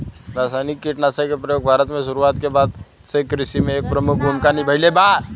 रासायनिक कीटनाशक के प्रयोग भारत में शुरुआत के बाद से कृषि में एक प्रमुख भूमिका निभाइले बा